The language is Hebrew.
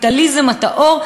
הקפיטליזם הטהור,